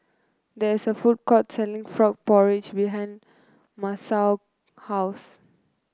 there is a food court selling Frog Porridge behind Masao house